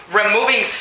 removing